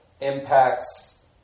impacts